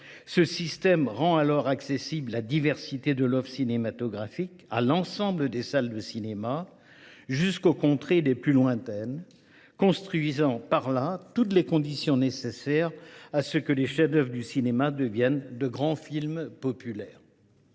Ce système rend alors accessible la diversité de l’offre cinématographique à l’ensemble des salles de cinéma, jusqu’aux contrées les plus lointaines, construisant ainsi toutes les conditions nécessaires pour que les chefs d’œuvre du cinéma deviennent de grands films populaires